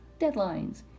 deadlines